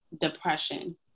depression